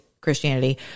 Christianity